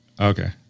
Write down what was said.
Okay